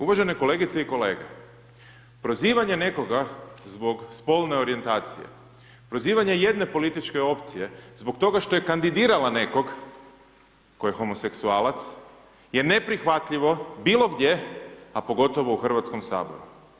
Uvažene kolegice i kolege prozivanje nekoga zbog spolne orijentacije, pozivanje jedne političke opcije, zbog toga što je kandidirala nekog tko je homoseksualac, je neprihvatljivo, bilo gdje a pogotovo u Hrvatskom saboru.